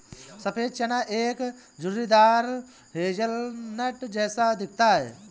सफेद चना एक झुर्रीदार हेज़लनट जैसा दिखता है